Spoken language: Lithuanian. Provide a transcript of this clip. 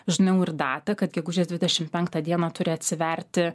žinau ir datą kad gegužės dvidešim penktą dieną turi atsiverti